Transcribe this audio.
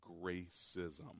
Gracism